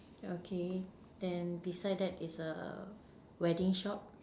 yeah okay then beside that is a wedding shop